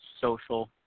social